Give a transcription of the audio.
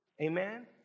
amen